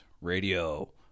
Radio